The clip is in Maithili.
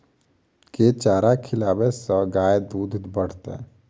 केँ चारा खिलाबै सँ गाय दुध बढ़तै?